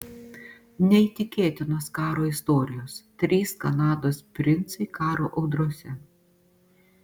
neįtikėtinos karo istorijos trys kanados princai karo audrose